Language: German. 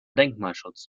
denkmalschutz